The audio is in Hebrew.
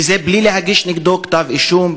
וזה בלי להגיש נגדו כתב-אישום,